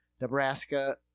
Nebraska